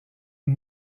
une